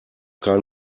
kein